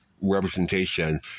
representation